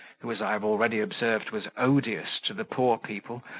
who, as i have already observed, was odious to the poor people,